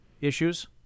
issues